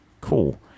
Cool